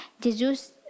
Jesus